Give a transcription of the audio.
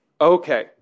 Okay